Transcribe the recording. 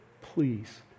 please